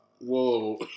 Whoa